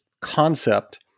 concept